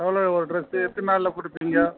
எவ்வளோ ஒரு ட்ரெஸ்ஸு எத்தன் நாளில் கொடுப்பீங்க